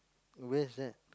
where's that